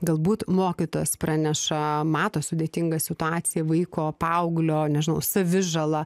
galbūt mokytojas praneša mato sudėtingą situaciją vaiko paauglio nežinau savižala